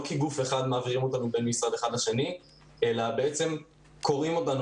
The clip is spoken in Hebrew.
לא מעבירים אותנו בין משרד אחד לשני כגוף אחד אלא קורעים אותנו